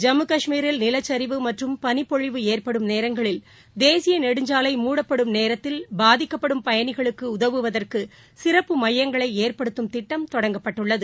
ஜம்முகாஷ்மீரில் நிலச்சரிவு மற்றும் பனிப்பொழிவு ஏற்படும் நேரங்களில் தேசியநெடுஞ்சாலை மூடப்படும் நேரத்தில் பாதிக்கப்படும் பயணிகளுக்குஉதவுவதற்குசிறப்பு மையங்களைஏற்படுத்தும் திட்டம் தொடங்கப்பட்டுள்ளது